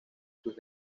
sus